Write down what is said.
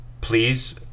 please